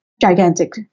gigantic